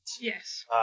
Yes